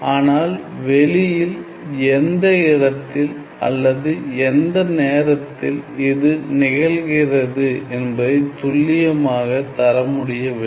ஆனால் வெளியில் எந்த இடத்தில் அல்லது எந்த நேரத்தில் இது நிகழ்கிறது என்பதை துல்லியமாக தரமுடியவில்லை